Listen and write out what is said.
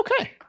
okay